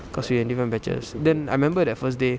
cause we're already went in batches then I remember that first day